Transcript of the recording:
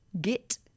git